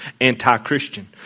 anti-Christian